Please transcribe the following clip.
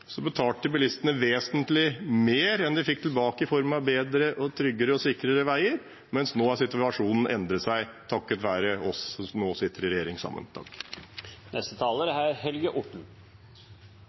betalte bilistene vesentlig mer enn det de fikk tilbake i form av bedre, tryggere og sikrere veier, mens nå har situasjonen endret seg, takket være oss som nå sitter i regjering sammen.